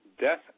Death